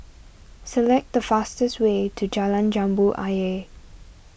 select the fastest way to Jalan Jambu Ayer